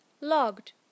Logged